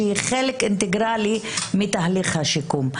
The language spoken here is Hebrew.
שהיא חלק אינטגרלי מתהליך השיקום.